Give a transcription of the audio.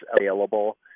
available